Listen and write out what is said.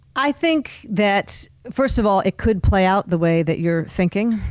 i think that first of all, it could play out the way that you're thinking,